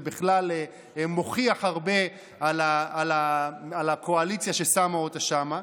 זה בכלל מוכיח הרבה על הקואליציה ששמה אותה שם.